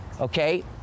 okay